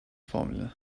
formula